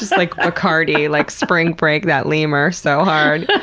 like, bacardi, like spring break that lemur so hard.